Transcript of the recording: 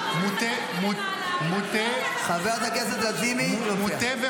היום, מתוך קרוב למיליארד שקל, הם משקיעים